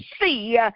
see